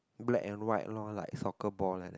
black and white loh like soccer ball like that